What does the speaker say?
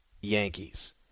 Yankees